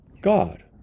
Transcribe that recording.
God